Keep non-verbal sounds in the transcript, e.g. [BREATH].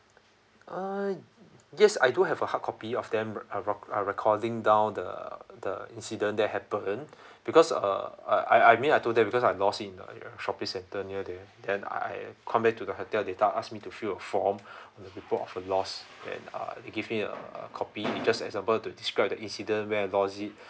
uh yes I do have a hard copy of them I re~ I recording down the the incident that happened [BREATH] because uh I I mean I do that because I lost in a shopping centre near there then I come back to the hotel they thought ask me to fill a form [BREATH] to report for lost then uh he give me a a copy it just example to describe the incident where I lost it [BREATH]